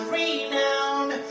renowned